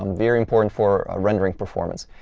um very important for ah rendering performance.